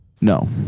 No